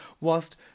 whilst